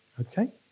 Okay